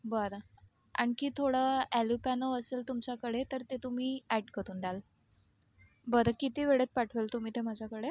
बरं आणखी थोडं अॅलोपॅनो असेल तुमच्याकडे तर ते तुम्ही अॅड करून द्याल बरं किती वेळेत पाठवाल तुम्ही ते माझ्याकडे